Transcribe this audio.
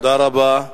תודה רבה.